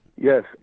Yes